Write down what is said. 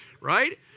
Right